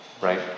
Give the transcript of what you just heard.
right